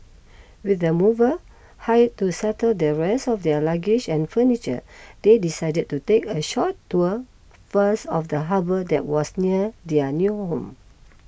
with the movers hired to settle their rest of their luggage and furniture they decided to take a short tour first of the harbour that was near their new home